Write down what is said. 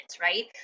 right